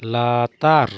ᱞᱟᱛᱟᱨ